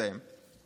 אני מסיים.